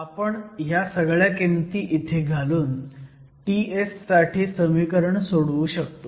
आपण ह्या किमती इथे घालून Ts साठी समीकरण सोडवू शकतो